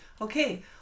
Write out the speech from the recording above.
Okay